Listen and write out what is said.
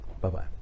Bye-bye